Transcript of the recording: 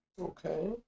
okay